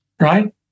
right